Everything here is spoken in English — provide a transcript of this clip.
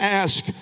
ask